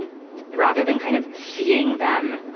rather than kind of seeing them,